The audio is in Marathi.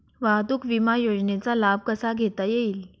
वाहतूक विमा योजनेचा लाभ कसा घेता येईल?